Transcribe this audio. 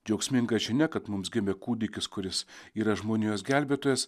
džiaugsminga žinia kad mums gimė kūdikis kuris yra žmonijos gelbėtojas